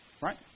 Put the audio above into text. Right